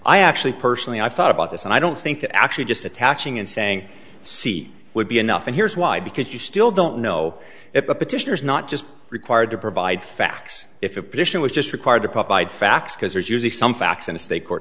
i actually personally i thought about this and i don't think that actually just attaching and saying c would be enough and here's why because you still don't know if a petition is not just required to provide facts if a petition was just required to provide facts because there's usually some facts in a state court